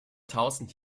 tausend